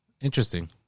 interesting